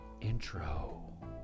intro